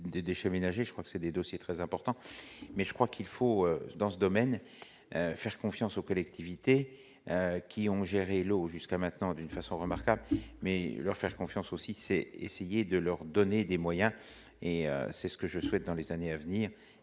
je crois que c'est des dossiers très importants, mais je crois qu'il faut dans ce domaine, faire confiance aux collectivités qui ont géré l'eau jusqu'à maintenant d'une façon remarquable mais leur faire confiance aussi, c'est essayer de leur donner des moyens et c'est ce que je souhaite, dans les années à venir,